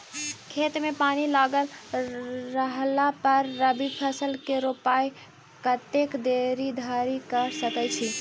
खेत मे पानि लागल रहला पर रबी फसल केँ रोपाइ कतेक देरी धरि कऽ सकै छी?